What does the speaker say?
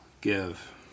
give